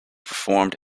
performed